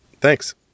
Thanks